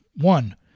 One